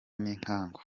n’inkangu